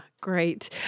great